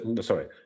sorry